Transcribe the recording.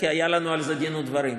כי היה לנו על זה דין ודברים,